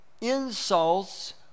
insults